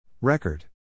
Record